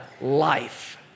life